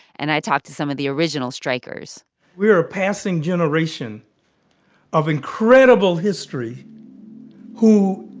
and i talked to some of the original strikers we're a passing generation of incredible history who,